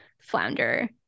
flounder